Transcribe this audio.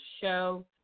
show